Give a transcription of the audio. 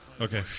Okay